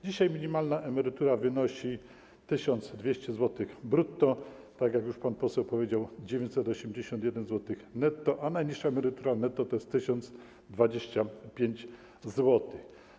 Dzisiaj minimalna emerytura wynosi 1200 zł brutto, tak jak już pan poseł powiedział, 981 zł netto, a najniższa emerytura netto to jest 1025 zł.